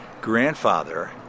grandfather